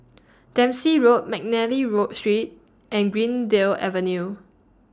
Dempsey Road Mcnally Road Street and Greendale Avenue